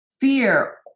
fear